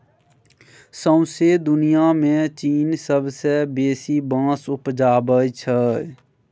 सौंसे दुनियाँ मे चीन सबसँ बेसी बाँस उपजाबै छै